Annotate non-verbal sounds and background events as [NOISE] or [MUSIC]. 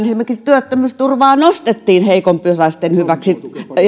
[UNINTELLIGIBLE] esimerkiksi työttömyysturvaa nostettiin heikompiosaisten hyväksi